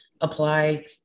apply